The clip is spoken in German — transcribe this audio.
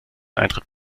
eintritt